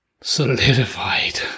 solidified